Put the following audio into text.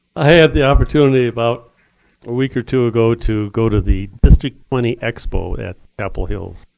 ah had the opportunity about a week or two ago to go to the district twenty expo at apple hill.